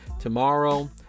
tomorrow